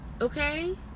okay